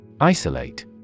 Isolate